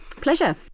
Pleasure